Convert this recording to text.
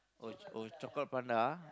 oh oh chocolate panda